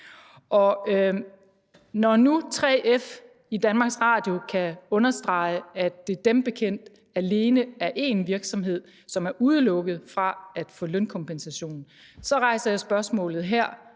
når nu 3F i Danmarks Radio kan understrege, at det dem bekendt alene er én virksomhed, som er udelukket fra at få lønkompensation, så rejser jeg spørgsmålet her: